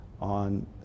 on